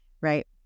Right